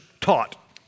taught